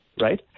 right